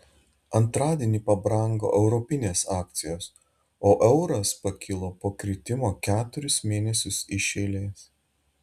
antradienį pabrango europinės akcijos o euras pakilo po kritimo keturis mėnesius iš eilės